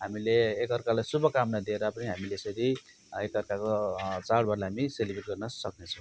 हामीले एक अर्कालाई शुभकामना दिएर पनि हामीले यसरी एक अर्काको चाडबाडलाई हामी सेलिब्रेट गर्न सक्नेछौँ